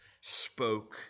spoke